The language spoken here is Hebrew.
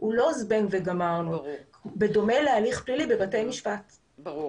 אולי פעם בשבוע לעשות פגישה מול המוקד של המשרד לשוויון חברתי ולבדוק